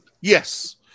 Yes